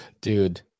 Dude